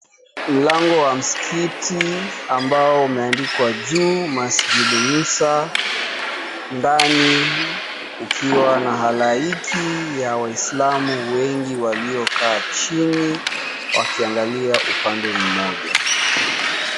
Mlango wa msikiti ambao umeandikwa juu MASJID MUSA ndani kukiwa na halaiki ya waislamu wengi waliokaa chini wakiangalia upande mmoja.